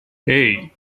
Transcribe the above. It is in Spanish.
hey